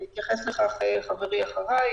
יתייחס לזה חברי אחריי.